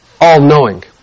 all-knowing